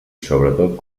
sobretot